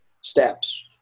steps